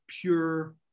pure